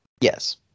Yes